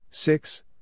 Six